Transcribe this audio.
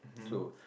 so